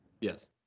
Yes